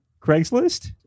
Craigslist